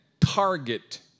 target